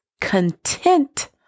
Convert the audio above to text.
content